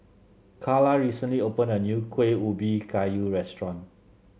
Carla recently opened a new Kueh Ubi Kayu restaurant